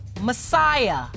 Messiah